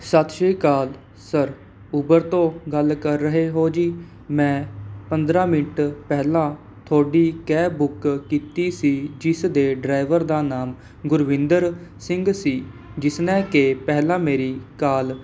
ਸਤਿ ਸ਼੍ਰੀ ਅਕਾਲ ਸਰ ਉਬਰ ਤੋਂ ਗੱਲ ਕਰ ਰਹੇ ਹੋ ਜੀ ਮੈਂ ਪੰਦਰਾਂ ਮਿੰਟ ਪਹਿਲਾਂ ਤੁਹਾਡੀ ਕੈਬ ਬੁੱਕ ਕੀਤੀ ਸੀ ਜਿਸ ਦੇ ਡਰਾਇਵਰ ਦਾ ਨਾਮ ਗੁਰਵਿੰਦਰ ਸਿੰਘ ਸੀ ਜਿਸਨੇ ਕਿ ਪਹਿਲਾਂ ਮੇਰੀ ਕਾਲ